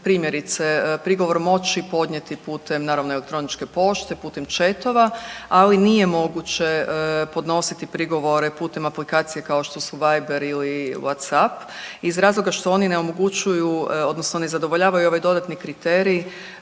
primjerice prigovor moći podnijeti putem naravno elektroničke pošte, putem chatova, ali nije moguće podnositi prigovore putem aplikacije kao što su Viber ili WhattApp iz razloga što oni ne omogućuju odnosno ne zadovoljavaju ovaj dodatni kriterij